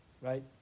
right